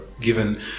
given